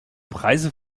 preise